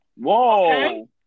Whoa